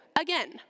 again